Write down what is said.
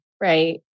right